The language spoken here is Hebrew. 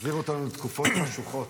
מחזיר אותנו לתקופות חשוכות.